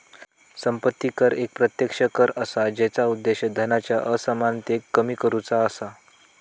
संपत्ती कर एक प्रत्यक्ष कर असा जेचा उद्देश धनाच्या असमानतेक कमी करुचा असा